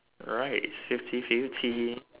right fifty fifty